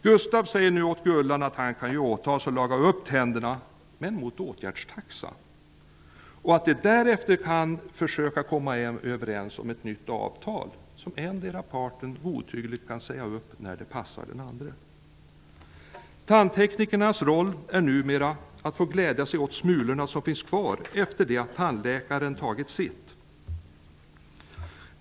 Gustav säger nu åt Gullan att han kan åta sig att laga tänderna mot åtgärdstaxa och att de därefter kan försöka komma överens om ett nytt avtal som endera parten godtyckligt kan säga upp när det passar. Tandteknikernas roll är numera att glädja sig åt smulorna som finns kvar efter det att tandläkaren tagit sitt.